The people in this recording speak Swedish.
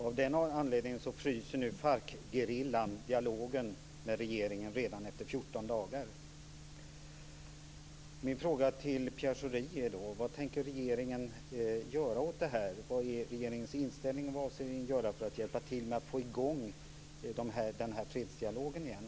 Av den anledningen fryser nu Farcgerillan dialogen med regeringen redan efter 14 dagar.